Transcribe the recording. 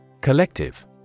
Collective